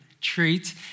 treat